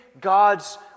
God's